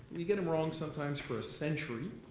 we get them wrong sometimes for a century.